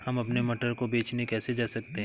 हम अपने मटर को बेचने कैसे जा सकते हैं?